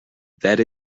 that